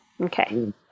Okay